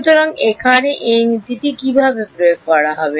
সুতরাং এখানে এই নীতিটি কীভাবে প্রয়োগ করা হবে